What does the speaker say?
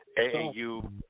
AAU